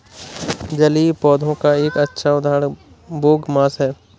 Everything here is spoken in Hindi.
जलीय पौधों का एक अच्छा उदाहरण बोगमास है